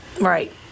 Right